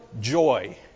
joy